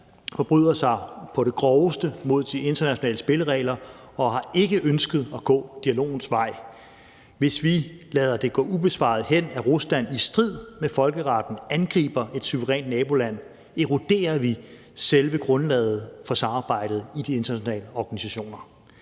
forbryder sig på det groveste mod de internationale spilleregler og har ikke ønsket at gå dialogens vej. Hvis vi lader det gå ubesvaret hen, at Rusland i strid med folkeretten angriber et suverænt naboland, eroderer vi selve grundlaget for samarbejdet i de internationale organisationer.